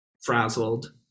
frazzled